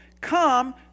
come